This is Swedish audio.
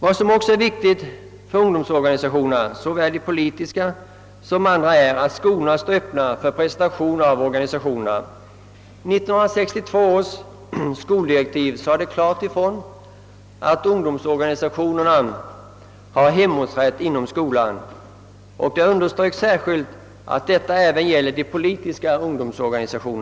Vad som också är viktigt för ungdomsorganisationerna, såväl de politiska som andra, är att skolorna står öppna för presentation av organisationerna. 1962 års skoldirektiv sade klart ifrån, att ungdomsorganisationerna — och det underströks särskilt att detta även gäller de politiska — har hemortsrätt inom skolan.